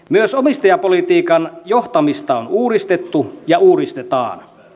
myös omistajapolitiikan johtamista on uudistettu ja uudistetaan